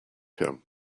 him